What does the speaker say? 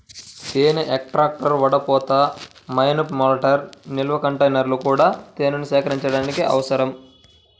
తేనె ఎక్స్ట్రాక్టర్, వడపోత, మైనపు మెల్టర్, నిల్వ కంటైనర్లు కూడా తేనెను సేకరించడానికి అవసరం